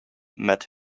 met